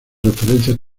referencias